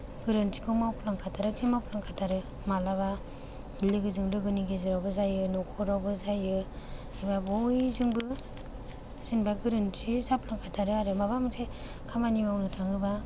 गोरोन्थिखौ मावफ्लांखाथारो इस्सेबाबो मावफ्लांखाथारो मालाबा लोगोजों लोगोनि गेजेरावबो जायो नखरावबो जायो एबा बयजोंबो जेनबा गोरोन्थि जाफ्लांखाथारो आरो माबा मोनसे खामानि मावनो थाङोबा